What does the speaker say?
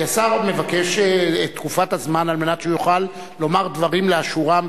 כי השר מבקש את תקופת הזמן על מנת שיוכל לומר דברים לאשורם,